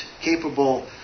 capable